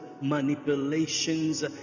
manipulations